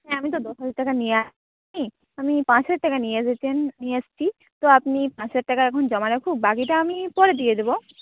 আমি তো দশ হাজার টাকা নিয়ে আসিনি আমি পাঁচ হাজার টাকা নিয়ে এসেছেন নিয়ে এসছি তো আপনি পাঁচ হাজার টাকা এখন জমা রাখুন বাকিটা আমি পরে দিয়ে দেব